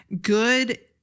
good